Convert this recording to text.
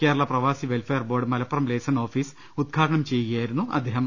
Kerala Pravasi welfare board Malappuram liaison office ഉദ്ഘാടനംചെയ്യുകയായിരുന്നു അദ്ദേഹം